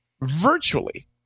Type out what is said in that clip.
virtually